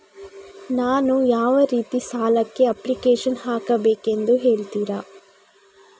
ನಾನು ಯಾವ ರೀತಿ ಸಾಲಕ್ಕೆ ಅಪ್ಲಿಕೇಶನ್ ಹಾಕಬೇಕೆಂದು ಹೇಳ್ತಿರಾ?